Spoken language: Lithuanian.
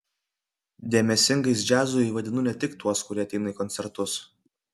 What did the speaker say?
dėmesingais džiazui vadinu ne tik tuos kurie ateina į koncertus